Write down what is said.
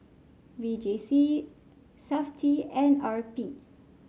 V J C Safti and R B